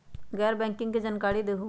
गैर बैंकिंग के जानकारी दिहूँ?